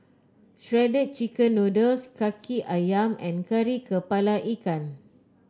Shredded Chicken Noodles kaki ayam and Kari kepala Ikan